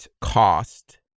cost